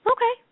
Okay